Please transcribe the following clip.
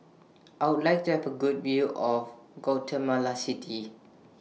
I Would like to Have A Good View of Guatemala City